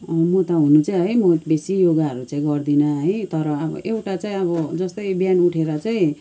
हुनु त हुन्छ है म बेसी योगाहरू चाहिँ गर्दिनँ है तर चाहिँ एउटा अब जस्तै बिहान उठेर चाहिँ